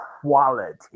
quality